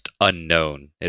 unknown